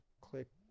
Click